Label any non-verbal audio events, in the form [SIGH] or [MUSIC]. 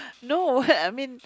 no [NOISE] I mean